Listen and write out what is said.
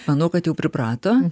manau kad jau priprato